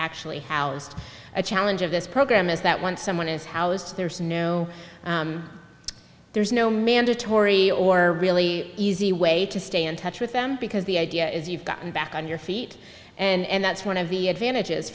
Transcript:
actually housed a challenge of this program is that once someone is housed there's no there's no mandatory or really easy way to stay in touch with them because the idea is you've gotten back on your feet and that's one of the advantages